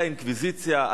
היתה אינקוויזיציה,